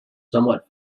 somewhat